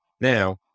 Now